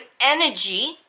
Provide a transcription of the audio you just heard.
energy